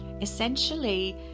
essentially